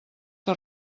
que